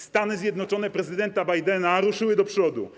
Stany Zjednoczone prezydenta Bidena ruszyły do przodu.